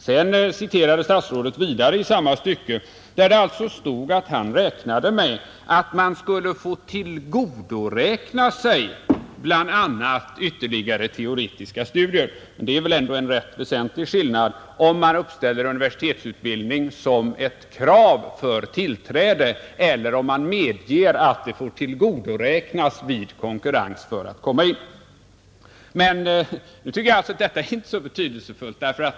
Vidare citerade statsrådet i samma stycke att han räknar med att man skulle få tillgodoräkna sig bl.a. ytterligare teoretiska studier. Det är väl ändå en rätt väsentlig skillnad om man uppställer universitetsbildning som ett krav för tillträde eller om man medger att den får tillgodoräknas vid konkurrens för att komma in, Jag tycker att detta nu inte är så betydelsefullt.